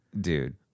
dude